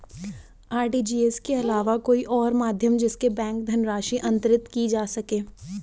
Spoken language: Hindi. आर.टी.जी.एस के अलावा कोई और माध्यम जिससे बैंक धनराशि अंतरित की जा सके?